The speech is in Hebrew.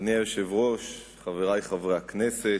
אדוני היושב-ראש, חברי חברי הכנסת,